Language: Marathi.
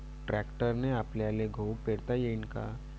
ट्रॅक्टरने आपल्याले गहू पेरता येईन का?